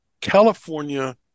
California